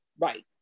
right